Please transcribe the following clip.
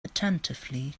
attentively